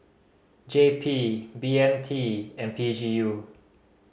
J P B M T and P G U